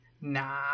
Nah